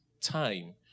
time